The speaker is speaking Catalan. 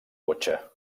cotxe